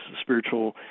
spiritual